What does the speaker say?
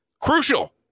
crucial